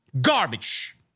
Garbage